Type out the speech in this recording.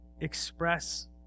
express